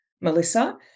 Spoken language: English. Melissa